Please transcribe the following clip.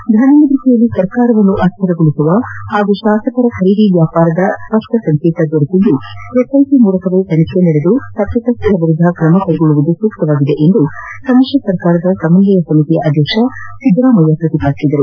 ಧ್ವನಿಮುದ್ರಿಕೆಯಲ್ಲಿ ಸರ್ಕಾರವನ್ನು ಅಸ್ತಿರಗೊಳಿಸುವ ಹಾಗೂ ಶಾಸಕರ ಖರೀದಿ ವ್ಯಾಪಾರದ ಸ್ವಷ್ವ ಸಂಕೇತ ದೊರೆತಿದ್ದು ಎಸ್ ಐಟಿ ಮೂಲಕವೇ ತನಿಖಿ ನಡೆದು ತಪಿತಸ್ದರ ವಿರುದ್ದ ಕ್ರಮ ಜರುಗಿಸುವುದು ಸೂಕ್ತವಾಗಿದೆ ಎಂದು ಸಮ್ಮಿಶ್ರ ಸರ್ಕಾರದ ಸಮನ್ವಯ ಸಮಿತಿ ಅಧ್ಯಕ್ಷ ಸಿದ್ದರಾಮಯ್ಯ ಪ್ರತಿಪಾದಿಸಿದರು